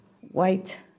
white